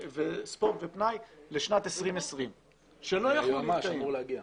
ספורט ופנאי לשנת 2020 שלא יכלו להתקיים.